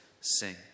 sing